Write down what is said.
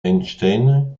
einstein